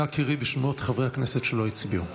אנא קראי בשמות חברי הכנסת שלא הצביעו.